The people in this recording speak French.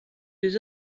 des